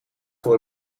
voor